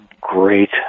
great